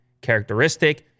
characteristic